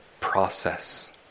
process